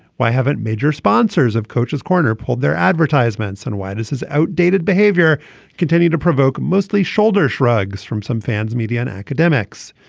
why haven't major sponsors of coach's corner pulled their advertisements on why this is outdated behavior continue to provoke mostly shoulder shrugs from some fans media and academics.